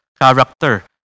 character